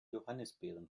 johannisbeeren